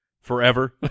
forever